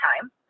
time